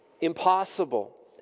impossible